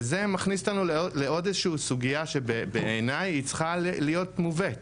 וזה מכניס אותנו לעוד סוגיה שבעיני צריכה להיות מובאת